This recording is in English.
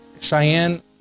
cheyenne